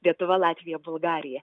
lietuva latvija bulgarija